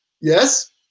yes